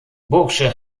bursche